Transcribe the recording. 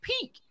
peak